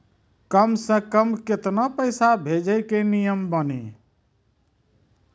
कम से कम केतना पैसा भेजै के नियम बानी?